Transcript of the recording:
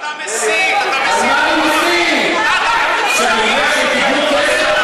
מאולם המליאה.) זאת בושה שהם קיבלו כסף?